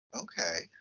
Okay